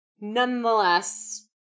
Nonetheless